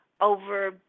over